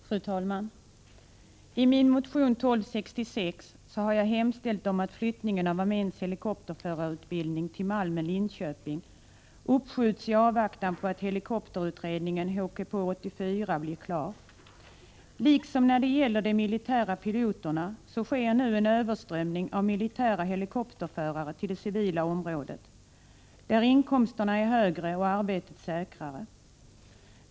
Fru talman! I min motion 1266 har jag hemställt om att flyttningen av arméns helikopterflygarutbildning till Malmen, Linköping, uppskjuts i avvaktan på att helikopterutredningen, HKp-84, blir klar. Liksom fallet är bland de militära piloterna sker nu en överströmning av militära helikopterförare till det civila området, där inkomsterna är högre och arbetet säkrare.